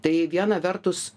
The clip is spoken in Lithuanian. tai viena vertus